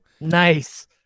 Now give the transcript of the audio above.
nice